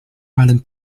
island